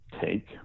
take